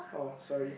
oh sorry